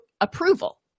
approval